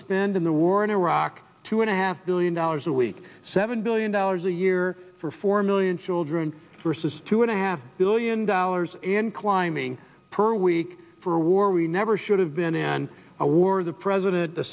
spend on the war in iraq two and a half billion dollars a week seven billion dollars a year for four million children versus two and a half billion dollars in climbing per week for a war we never should have been and a war the president